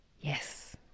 Yes